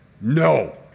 no